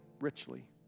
richly